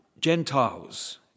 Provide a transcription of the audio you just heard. Gentiles